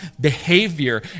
behavior